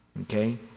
Okay